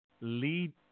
lead